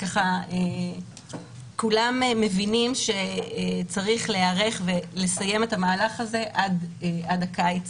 כולם מבינים שצריך להיערך ולסיים את המהלך הזה עד הקיץ,